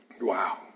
Wow